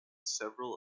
several